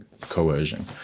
coercion